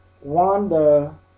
Wanda